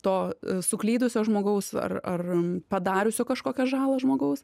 to suklydusio žmogaus ar ar padariusio kažkokią žalą žmogaus